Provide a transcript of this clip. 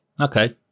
Okay